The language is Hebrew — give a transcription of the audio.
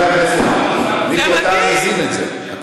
חברי הכנסת, מיקי, אתה מזין את זה.